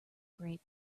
great